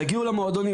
תגיעו למועדונים.